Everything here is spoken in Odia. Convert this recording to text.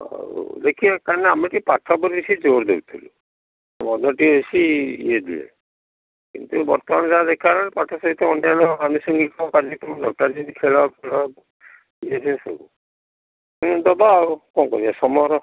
ଆଉ ଦେଖିବା କାହିଁକି ନା ଆମେ ସେଇ ପାଠ ଉପରେ ବେଶୀ ଜୋର ଦେଉଥିଲୁ ପ୍ରଗତି ବେଶୀ ଇଏ ଦିଏ କିନ୍ତୁ ଏ ବର୍ତ୍ତମାନ ଯାହା ଦେଖା ଗଲାଣି ପାଠ ସହିତ ଅନ୍ୟାନ୍ୟ ଆନୁଷଙ୍ଗିକ କାର୍ଯ୍ୟକ୍ରମ ଦରକାର ଯେମିତି ଖେଳକୁଦ ଇଏ ସିଏ ସବୁ ଦେବା ଆଉ କ'ଣ କରିବା ସମୟର